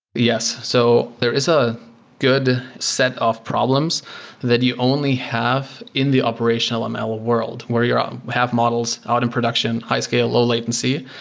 yes. so there is a good set of problems that you only have in the operational ml ah world where you um have models out in production, high scale, low latency,